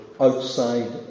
outside